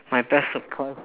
my best surprise